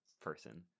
person